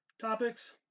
Topics